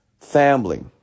Family